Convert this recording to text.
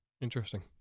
interesting